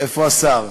איפה השר?